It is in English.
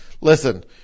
listen